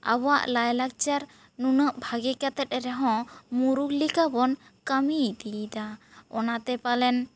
ᱟᱵᱚᱣᱟᱜ ᱞᱟᱭ ᱞᱟᱠᱪᱟᱨ ᱱᱩᱱᱟᱹᱜ ᱵᱷᱟᱜᱮ ᱠᱟᱛᱮ ᱨᱮᱦᱚᱸ ᱢᱩᱨᱩᱠ ᱞᱮᱠᱟ ᱵᱚᱱ ᱠᱟᱹᱢᱤ ᱤᱫᱤᱭᱮᱫᱟ ᱚᱱᱟᱛᱮ ᱯᱟᱞᱮᱱ